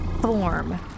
form